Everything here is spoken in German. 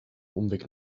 umweg